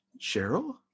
Cheryl